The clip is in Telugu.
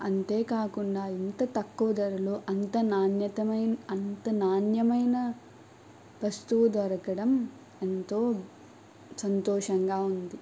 అంతేకాకుండా ఇంత తక్కువ ధరలో అంత నాణ్యతమైన అంత నాణ్యమైన వస్తువు దొరకడం ఎంతో సంతోషంగా ఉంది